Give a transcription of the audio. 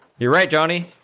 you write johnny